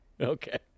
Okay